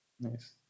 Nice